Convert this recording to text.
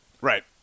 Right